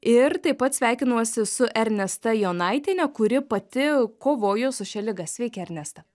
ir taip pat sveikinuosi su ernesta jonaitiene kuri pati kovojo su šia liga sveiki ernesta